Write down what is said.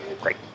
Great